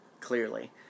Clearly